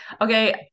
okay